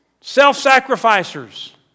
self-sacrificers